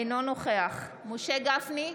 אינו נוכח משה גפני,